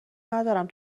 ندارم